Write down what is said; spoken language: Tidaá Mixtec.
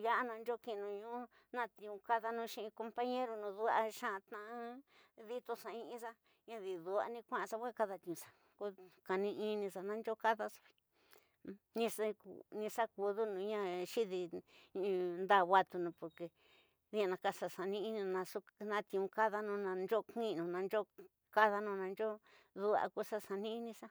ñya ña, ñanyo kiñnu ñnu ñti ñkadanu xi ñin. Compararemos dua ññxara ññaa ditonxa in ñxa madi dua ni ñkuaxa ñki kada ñti ñxa ko ñkadiñi ñinyo ñkañxa, ni xa kudunu ñka xidini nda ñatu ñvu, porque adina ka xaa tiü kadanu nanyo ki'inu nanyo ki'inu nanyo kadanu nanyo du'a ko xa xani'inixa.